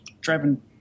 driving